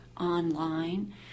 online